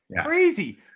Crazy